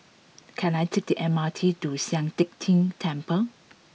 can I take the M R T to Sian Teck Tng Temple